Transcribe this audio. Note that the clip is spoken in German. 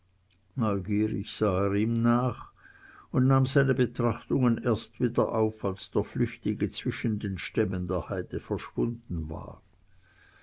neugierig sah er ihm nach und nahm seine betrachtungen erst wieder auf als der flüchtige zwischen den stämmen der heide verschwunden war